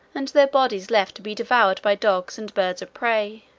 and their bodies left to be devoured by dogs and birds of prey.